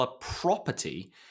property